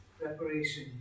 Preparation